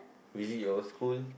visit your old school